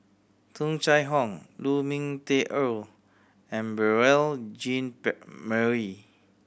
Tung Chye Hong Lu Ming Teh Earl and Beurel Jean Marie